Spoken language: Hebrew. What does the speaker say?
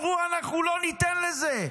וכולם אמרו: אנחנו לא ניתן לזה.